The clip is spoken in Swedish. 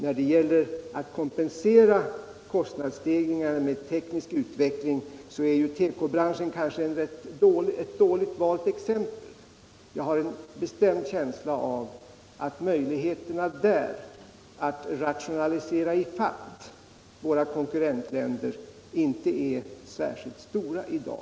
När det gäller att kompensera kostnadsstegringarna med teknisk utveckling är tekobranschen ett dåligt valt exempel. Jag har en bestämd känsla av att tekobranschens möjligheter att rationalisera i fatt våra konkurrentländers kostnadsnivå tyvärr inte är särskilt stora i dag.